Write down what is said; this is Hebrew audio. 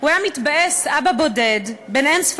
אני מבקש ממך לרדת עד שזה יחולק, בסדר?